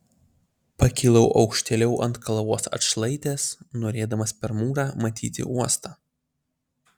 pakilau aukštėliau ant kalvos atšlaitės norėdamas per mūrą matyti uostą